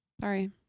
Sorry